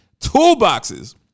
toolboxes